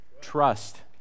trust